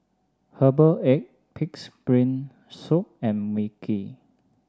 Herbal Egg pig's brain soup and mi kee